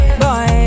boy